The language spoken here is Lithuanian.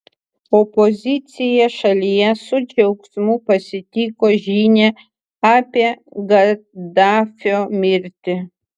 opozicija šalyje su džiaugsmu pasitiko žinią apie gaddafio mirtį